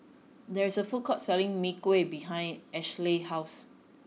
there is a food court selling Mee Kuah behind Ashlee's house